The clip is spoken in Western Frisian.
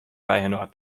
byinoar